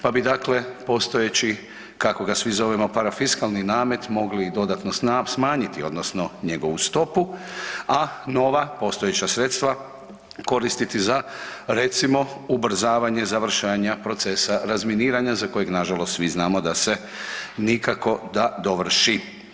Pa bi dakle postojeći kako ga svi zovemo parafiskalni namet mogli i dodatno smanjiti odnosno njegovu stopu, a nova postojeća sredstva koristiti za recimo ubrzavanje završenja procesa razminiranja za koje nažalost svi znamo da se nikako da dovrši.